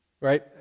Right